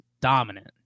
dominant